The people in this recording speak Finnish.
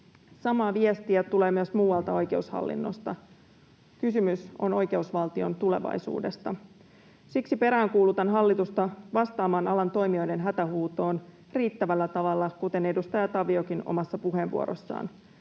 Samaa viestiä tulee myös muualta oikeushallinnosta. Kysymys on oikeusvaltion tulevaisuudesta. Siksi peräänkuulutan hallitusta vastaamaan alan toimijoiden hätähuutoon riittävällä tavalla, kuten edustaja Taviokin omassa puheenvuorossaan.